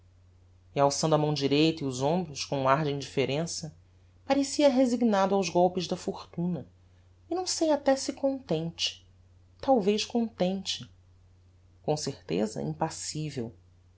e alçando a mão direita e os hombros com um ar de indifferença parecia resignado aos golpes da fortuna e não sei até se contente talvez contente com certeza impassivel